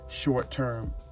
short-term